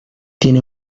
tiene